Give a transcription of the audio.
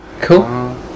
Cool